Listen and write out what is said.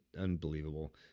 Unbelievable